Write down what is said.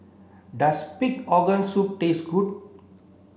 does pig organ soup taste good